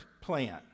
plan